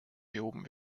behoben